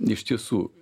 iš tiesų